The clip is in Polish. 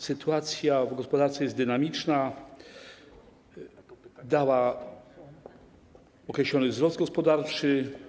Sytuacja w gospodarce jest dynamiczna, dała określony wzrost gospodarczy.